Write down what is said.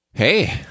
Hey